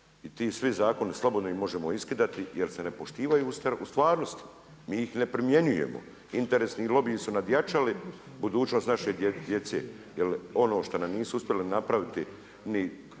i ti svi zakoni, slobodno ih možemo iskidati jer se ne poštivaju u stvarnosti, mi ih ne primjenjujemo. Interesni lobiji su nadjačali budućnost naše djece, jer ono što nam nisu uspjeli napraviti